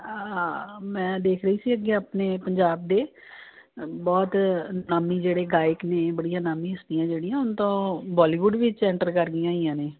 ਮੈਂ ਦੇਖ ਰਹੀ ਸੀ ਅੱਗੇ ਆਪਣੇ ਪੰਜਾਬ ਦੇ ਬਹੁਤ ਨਾਮੀ ਜਿਹੜੇ ਗਾਇਕ ਨੇ ਬੜੀਆਂ ਨਾਮੀ ਹਸਤੀਆਂ ਜਿਹੜੀਆਂ ਹੁਣ ਤਾਂ ਉਹ ਬੋਲੀਵੁੱਡ ਵਿੱਚ ਐਂਟਰ ਕਰ ਗਈਆਂ ਹੋਈਆਂ ਨੇ